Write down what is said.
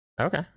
okay